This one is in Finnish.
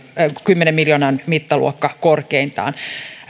kymmenen miljoonan mittaluokka korkeintaan